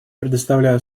предоставляю